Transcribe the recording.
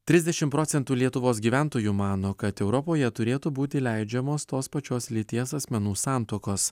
trisdešim procentų lietuvos gyventojų mano kad europoje turėtų būti leidžiamos tos pačios lyties asmenų santuokos